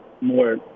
more